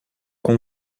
com